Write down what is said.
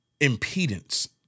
impedance